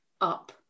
up